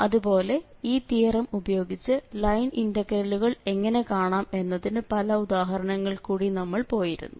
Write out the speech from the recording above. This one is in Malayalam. അതുപോലെ ഈ തിയറം ഉപയോഗിച്ച് ലൈൻ ഇന്റഗ്രലുകൾ എങ്ങനെ കാണാം എന്നതിനു പല ഉദാഹരണങ്ങളിൽ കൂടി നമ്മൾ പോയിരുന്നു